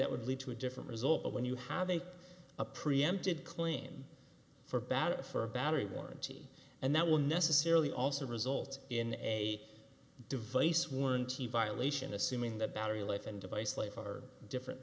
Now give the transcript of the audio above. that would lead to a different result but when you have a a preempted claim for battery for a battery warranty and that will necessarily also result in a device warranty violation assuming the battery life and device life are different